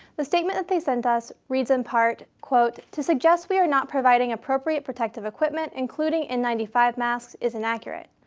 the statement that they sent us reads in part quote, to suggest we are not providing appropriate protective equipment, including n ninety five masks, is inaccurate.